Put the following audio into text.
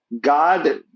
God